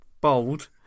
Bold